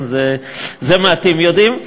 את זה מעטים יודעים,